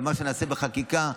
אבל מה שנעשה בחקיקה,